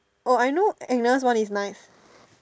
oh I know Agnes one is nice